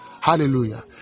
Hallelujah